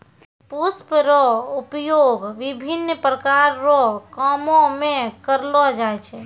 पुष्प रो उपयोग विभिन्न प्रकार रो कामो मे करलो जाय छै